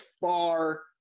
far